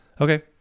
Okay